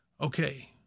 Okay